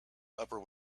upper